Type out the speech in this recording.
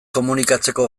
komunikatzeko